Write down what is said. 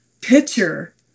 picture